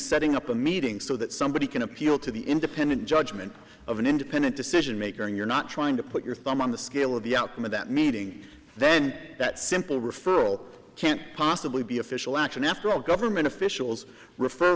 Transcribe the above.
setting up a meeting so that somebody can appeal to the independent judgment of an independent decision maker and you're not trying to put your thumb on the scale of the outcome of that meeting then that simple referral can't possibly be official action after all government officials refer